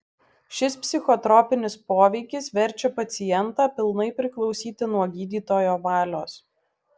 šis psichotropinis poveikis verčia pacientą pilnai priklausyti nuo gydytojo valios